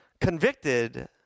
convicted